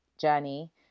journey